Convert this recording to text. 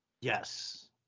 Yes